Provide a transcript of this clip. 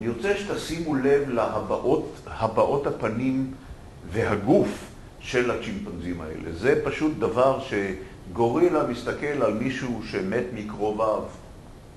אני רוצה שתשימו לב להבעות הפנים והגוף של השימפנזים האלה. זה פשוט דבר שגורילה מסתכל על מישהו שמת מקרוביו.